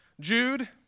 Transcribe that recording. Jude